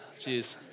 Jeez